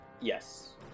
Yes